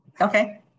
okay